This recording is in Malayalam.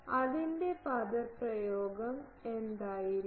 അതിന്റെ പദപ്രയോഗം എന്തായിരിക്കും